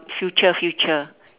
future future